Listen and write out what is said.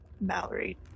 Mallory